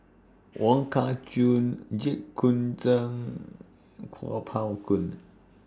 Wong Kah Chun Jit Koon Ch'ng Kuo Pao Kun